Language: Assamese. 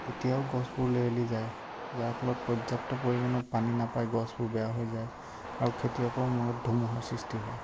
তেতিয়াও গছবোৰ লেৰেলী যায় যাৰ ফলত পৰ্যাপ্ত পৰিমাণৰ পানী নাপাই গছবোৰ বেয়া হৈ যায় আৰু খেতিয়কৰ মূৰত ধুমুহাৰ সৃষ্টি হয়